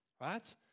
right